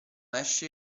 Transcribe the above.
esce